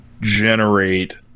generate